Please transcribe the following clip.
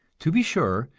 to be sure,